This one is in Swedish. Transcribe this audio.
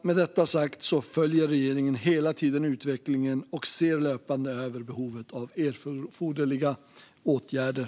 Med detta sagt följer regeringen hela tiden utvecklingen och ser löpande över behovet av erforderliga åtgärder.